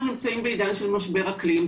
אנחנו נמצאים בעידן של משבר אקלים,